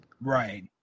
Right